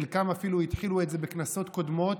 חלקם אפילו התחילו את זה בכנסות קודמות,